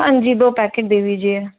हाँ जी दो पैकेट दे दीजिए